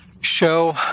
show